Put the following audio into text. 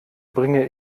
bringe